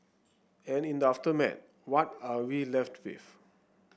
and in the aftermath what are we left with